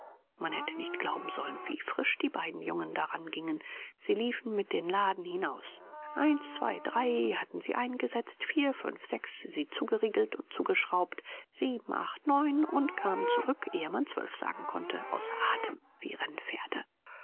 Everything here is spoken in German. man hätte nicht glauben sollen wie frisch die beiden jungen daran gingen sie liefen mit den laden hinaus eins zwei drei hatten sie eingesetzt vier fünf sechs sie zugeriegelt und zugeschraubt sieben acht neun und kamen zurück ehe man zwölf sagen konnte außer atem wie rennpferde